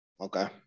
Okay